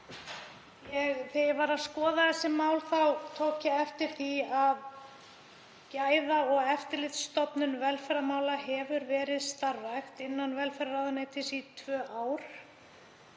Þegar ég var að skoða þessi mál tók ég eftir því að Gæða- og eftirlitsstofnun velferðarmála hefur verið starfrækt innan velferðarráðuneytisins í tvö ár.